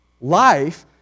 life